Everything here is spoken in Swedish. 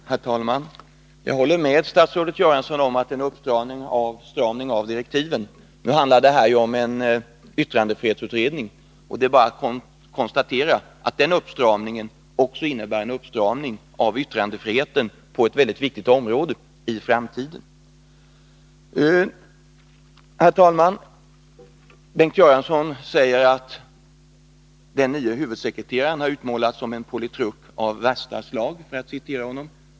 Herr talman! Jag håller med statsrådet Göransson om att det är en uppstramning av direktiven. Eftersom det är fråga om en yttrandefrihetsutredning är det bara att konstatera att denna uppstramning också innebär en uppstramning av yttrandefriheten. Herr talman! Bengt Göransson säger att den nye huvudsekreteraren har utmålats som en ”politruk av värsta slag”.